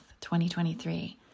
2023